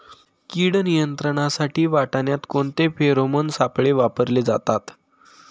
कीड नियंत्रणासाठी वाटाण्यात कोणते फेरोमोन सापळे वापरले जातात?